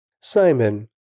Simon